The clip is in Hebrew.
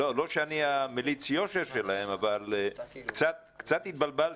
לא שאני מליץ היושר שלהם, אבל קצת התבלבלתי.